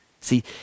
see